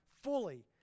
fully